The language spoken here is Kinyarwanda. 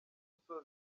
gusoza